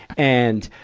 and,